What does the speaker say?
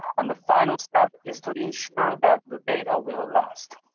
and the final step is to ensure that the data will last.